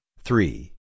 three